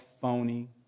phony